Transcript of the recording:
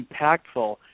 impactful